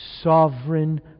sovereign